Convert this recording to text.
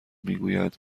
میگویند